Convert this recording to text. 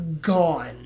Gone